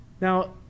Now